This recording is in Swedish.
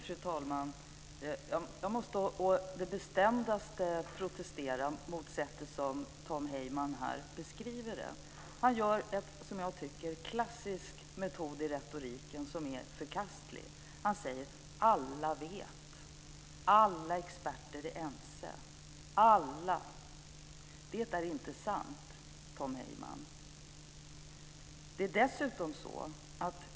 Fru talman! Jag måste på det bestämdaste protestera mot det sätt som Tom Heyman beskriver det på. Han använder en klassisk metod i retoriken som är förkastlig. Han säger: Alla vet. Alla experter är ense. Det är inte sant.